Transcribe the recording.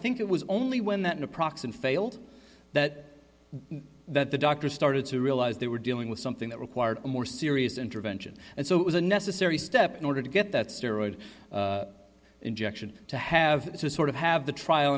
think it was only when that in approx and failed that that the doctors started to realize they were dealing with something that required a more serious intervention and so it was a necessary step in order to get that steroid injection to have to sort of have the trial